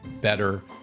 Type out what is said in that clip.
better